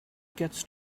gets